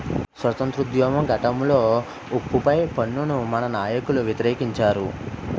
స్వాతంత్రోద్యమ ఘట్టంలో ఉప్పు పై పన్నును మన నాయకులు వ్యతిరేకించారు